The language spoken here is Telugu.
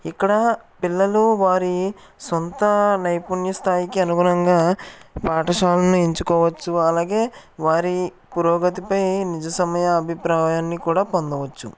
ఇక్కడ పిల్లలు వారి సొంత నైపుణ్య స్థాయికి అనుగుణంగా పాఠశాలలు ఎంచుకోవచ్చు అలాగే వారి పురోగతిపై నిజ సమయ అభిప్రాయాన్ని కూడా పొందవచ్చు